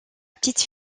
petite